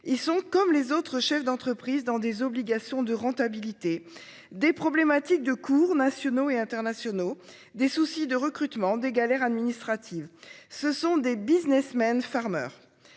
Ils sont comme les autres chefs d'entreprises dans des obligations de rentabilité des problématiques de cours nationaux et internationaux, des soucis de recrutement des galères administratives, ce sont des businessmen Farmer.